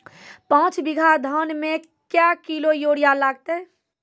पाँच बीघा धान मे क्या किलो यूरिया लागते?